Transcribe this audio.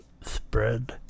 spread